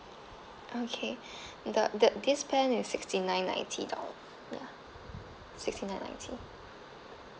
okay the the this plan is sixty nine ninety dol~ ya sixty nine ninety